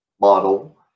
model